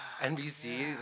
NBC